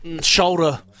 shoulder